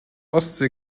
ostsee